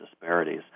disparities